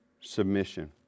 submission